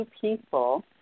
people